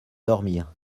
dormir